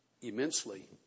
immensely